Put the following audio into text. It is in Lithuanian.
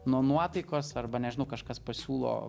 nuo nuotaikos arba nežinau kažkas pasiūlo